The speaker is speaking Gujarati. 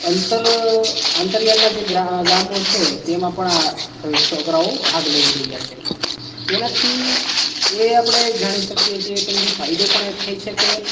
અંતર આંતરિયાળનાં જે ગામો છે તેમાં પણ આ છોકરાઓ ભાગ લઈ રહ્યા છે તેનાથી એ આપણે જાણી શકીએ છે તેનાથી ફાયદો પણ એ થાય છે કે